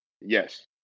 Yes